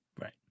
right